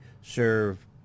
serve